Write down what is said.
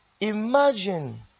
imagine